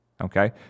okay